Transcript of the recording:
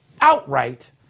outright